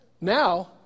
Now